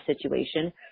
situation